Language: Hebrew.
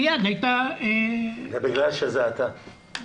מיד הייתה --- בגלל שזה אתה.